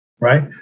right